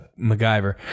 MacGyver